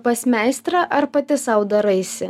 pas meistrą ar pati sau daraisi